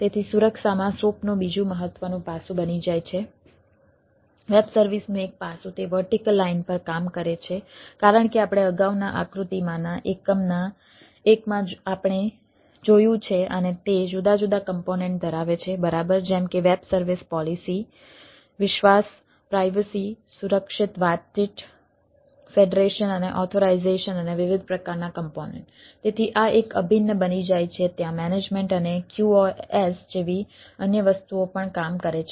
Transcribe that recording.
તેથી સુરક્ષામાં soap નું બીજું મહત્વનું પાસું બની જાય છે વેબ સર્વિસનું એક પાસું તે વર્ટિકલ લાઇન અને QoS જેવી અન્ય વસ્તુઓ પણ કામ કરે છે